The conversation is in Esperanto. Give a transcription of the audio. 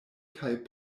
kaj